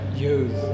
youth